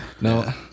No